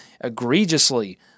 egregiously